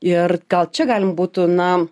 ir gal čia galima būtų na